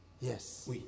Yes